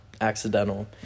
accidental